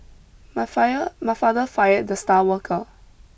my fire my father fired the star worker